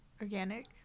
Organic